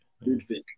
Ludwig